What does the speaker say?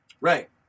Right